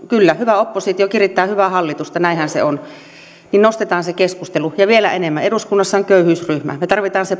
kyllä hyvä oppositio kirittää hyvää hallitusta näinhän se on juuri nyt jos nostetaan se huoli tähän esille keskusteluun ja vielä enemmän eduskunnassa on köyhyysryhmä me tarvitsemme sen